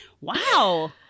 Wow